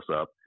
up